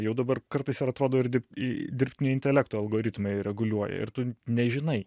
jau dabar kartais ir atrodo irgi į dirbtinio intelekto algoritmai reguliuoja ir tu nežinai